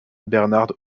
bernhard